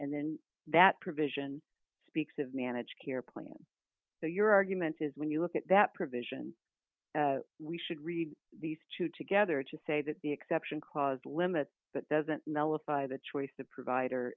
and then that provision speaks of managed care plan so your argument is when you look at that provision we should read these two together to say that the exception clause limit but doesn't mela five the choice the provider